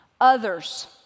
others